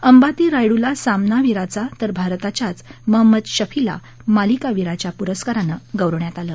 अंबाती रायडुला सामनावीराचा तर भारताच्याच महम्मद शमीला मालिकावीराच्या पूरस्कारानं गौरवण्यात आलं